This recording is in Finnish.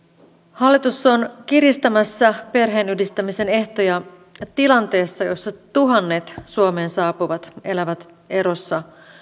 hallitus on kiristämässä perheenyhdistämisen ehtoja tilanteessa jossa tuhannet suomeen saapuvat elävät erossa